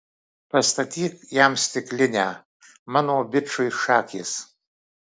pastatyk jam stiklinę mano bičui šakės